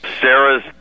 Sarah's